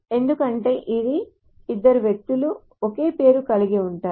ఎందుకంటే ఇద్దరు వ్యక్తులు ఒకే పేరు కలిగి ఉంటారు